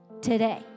today